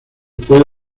puede